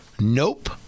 nope